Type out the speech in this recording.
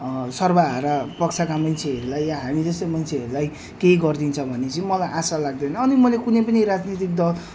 सर्वहारा पक्षका मान्छेहरूलाई हामी जस्तो मान्छेहरूलाई केही गरिदिन्छ भन्ने चाहिँ मलाई आशा लाग्दैन अनि मैले कुनै पनि राजनीतिक दल